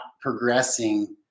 progressing